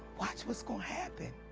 watch what's going to happen.